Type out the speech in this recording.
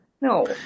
No